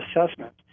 assessment